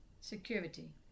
security